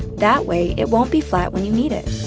that way, it won't be flat when you need it.